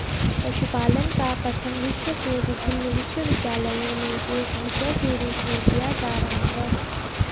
पशुपालन का पठन विश्व के विभिन्न विश्वविद्यालयों में एक विषय के रूप में किया जा रहा है